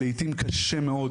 לעיתים קשה מאוד,